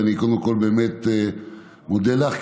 ואני קודם כול באמת מודה לך,